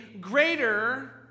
greater